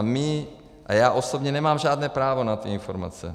A my, já osobně nemám žádné právo na tyto informace.